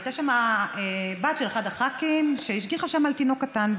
והייתה שם בת של אחד הח"כים שהשגיחה שם על תינוק קטן,